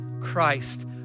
Christ